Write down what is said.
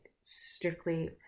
strictly